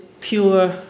pure